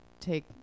take